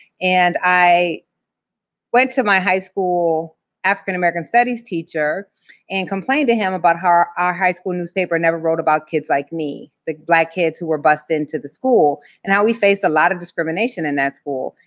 and i went to my high-school african-american studies teacher and complained to him about how our high-school newspaper never wrote about kids like me, the black kids who were bused into the school, and how we face a lot of discrimination in that school.